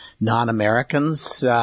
non-Americans